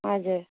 हजुर